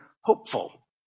hopeful